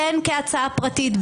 בין כהצעה פרטית,